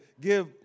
give